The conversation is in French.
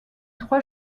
trois